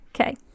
Okay